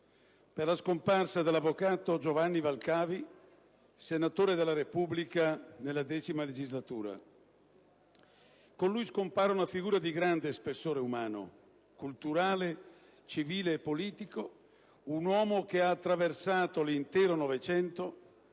per la scomparsa dell'avvocato Giovanni Valcavi, senatore della Repubblica nella X legislatura. Con lui scompare una figura di grande spessore umano, culturale, civile e politico, un uomo che ha attraversato l'intero Novecento,